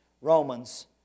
Romans